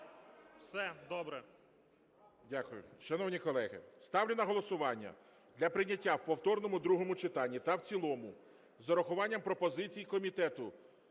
Все. Добре.